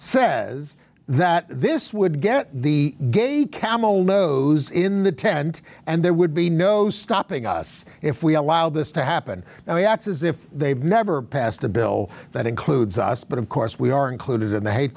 says that this would get the gate camel nose in the tent and there would be no stopping us if we allow this to happen now he acts as if they've never passed a bill that includes us but of course we are included in the hate